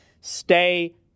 stay